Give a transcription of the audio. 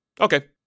Okay